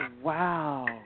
Wow